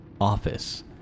office